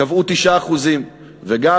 קבעו 9%. וגם,